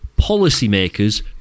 policymakers